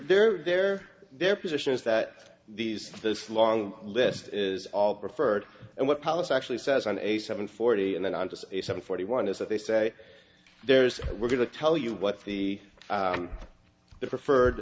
their their their position is that these this long list is all preferred and what policy actually says on a seven forty and then on to say seven forty one is that they say there's we're going to tell you what's the preferred